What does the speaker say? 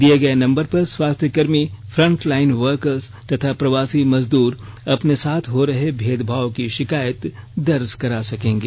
दिए गए नंबर पर स्वास्थ्य कर्मी फ्रंटलाइन वर्कर्स तथा प्रवासी मजदूर अपने साथ हो रही भेदभाव की शिकायत दर्ज करा सकेंगे